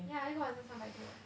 yeah 一个晚是三百多 leh